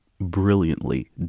brilliantly